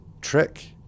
trick